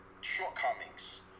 shortcomings